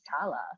Tala